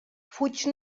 fuig